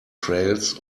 trails